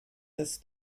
des